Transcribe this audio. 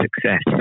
success